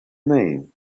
name